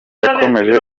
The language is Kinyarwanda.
yakomeje